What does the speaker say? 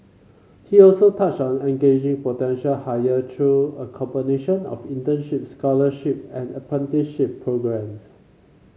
he also touched on engaging potential hire through a combination of internship scholarship and apprenticeship programmes